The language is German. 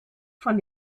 von